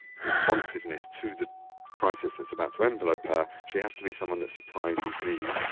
responsiveness to the crisis that's about to envelope her, she has to be someone that surprises me.